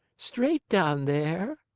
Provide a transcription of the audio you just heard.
straight down there,